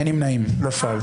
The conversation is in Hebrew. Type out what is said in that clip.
נפל.